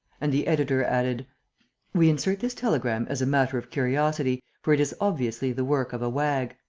and the editor added we insert this telegram as a matter of curiosity, for it is obviously the work of a wag.